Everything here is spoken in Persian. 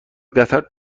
قطار